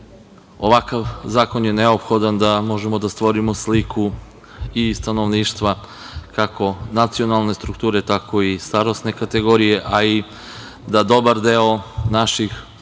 Ovakav zakon je neophodan da možemo da stvorimo sliku stanovništva, kako nacionalne strukture, tako i starosne kategorije. Da dobar deo naših sela